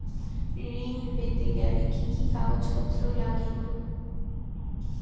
ঋণ পেতে গেলে কি কি কাগজপত্র লাগে?